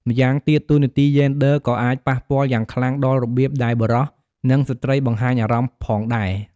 ម្យ៉ាងទៀត តួនាទីយេនឌ័រក៏អាចប៉ះពាល់យ៉ាងខ្លាំងដល់របៀបដែលបុរស និងស្ត្រីបង្ហាញអារម្មណ៍ផងដែរ។